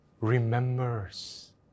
remembers